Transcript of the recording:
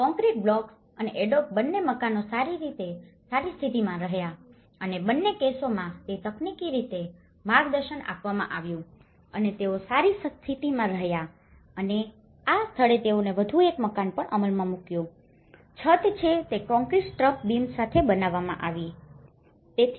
અને concrete blocks અને adobe બંને મકાનો સારી સ્થિતિમાં રહ્યા અને બંને કેસોમાં તે તકનીકી રીતે માર્ગદર્શન આપવામાં આવ્યું છે અને તેઓ સારી સ્થિતિમાં રહ્યા છે અને આ સ્થળે તેઓએ વધુ એક મકાન પણ અમલમાં મૂક્યુ છે છત છે તે કોંક્રિટ ટ્રસ બીમ સાથે બનાવવામાં આવી છે